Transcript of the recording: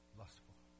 lustful